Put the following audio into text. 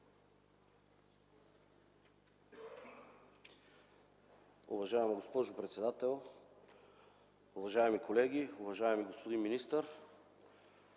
Уважаема госпожо председател, уважаеми колеги, уважаема госпожо Манолова!